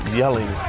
yelling